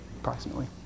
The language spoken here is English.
approximately